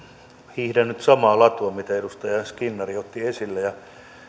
hiihdän nyt samaa latua kuin mitä edustaja skinnari otti esille ja